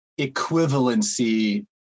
equivalency